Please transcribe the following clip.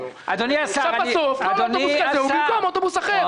בסוף כל אוטובוס כזה הוא במקום אוטובוס אחר.